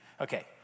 okay